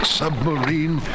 submarine